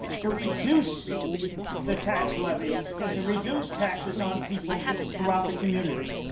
to reduce the tax levy and to reduce taxes on people throughout the community.